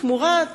תמורת